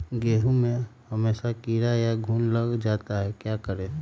गेंहू में हमेसा कीड़ा या घुन लग जाता है क्या करें?